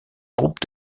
groupe